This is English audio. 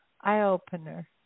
eye-opener